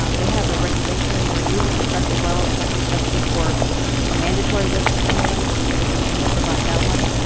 um they have a regulation where newly constructed wells must be tested for a mandatory list of analytes. and so they definitely had to provide that one,